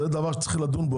זה דבר שצריך לדון בו.